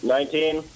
Nineteen